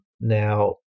Now